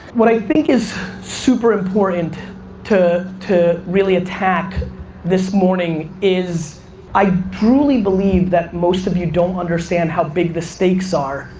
what i think is super important to to really attack this morning is i truly believe that most of you don't understand how big the stakes are,